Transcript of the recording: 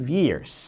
years